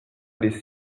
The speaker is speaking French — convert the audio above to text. les